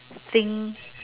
thing